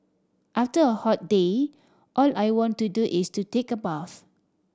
after a hot day all I want to do is to take a bath